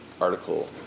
article